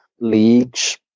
leagues